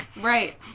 Right